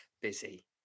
busy